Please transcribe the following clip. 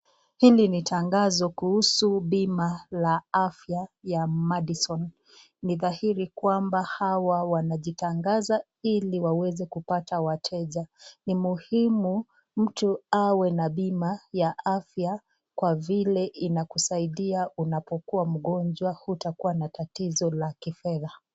Hili ni tangazo kuhusu bima la afya la Madison ni dhahiri kwamba hawa wanatangaza ili waweze kupata wateja ni muhimu mtu awe na bima ya afya kwa vile inakusaidia unapokuwa mgonjwa hutakuwa na tatizo la kifedha.